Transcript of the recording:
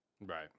Right